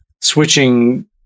switching